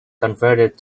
converted